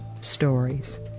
stories